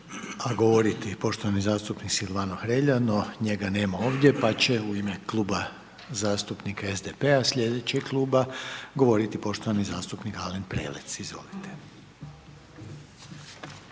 a govoriti poštovani zastupnik Silvano Hrelja, no njega nema ovdje, pa će u ime Kluba zastupnika SDP-a, slijedećeg kluba, govoriti poštovani zastupnik Alen Prelec, izvolite.